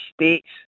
states